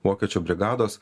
vokiečių brigados